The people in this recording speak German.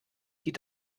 die